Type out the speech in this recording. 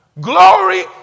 Glory